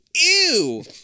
Ew